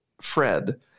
Fred